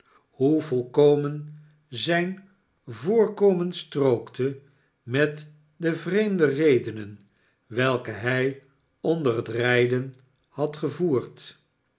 hoe volkomen zijn voorkomen strookte met de vreemde redenen welke hij onder het rijden had gevoerd